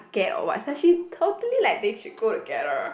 get or what cause she totally like they should go together